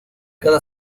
cada